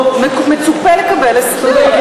מצופה לקבל הסבר,